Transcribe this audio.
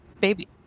Baby